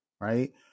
Right